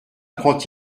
prend